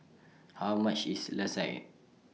How much IS Lasagne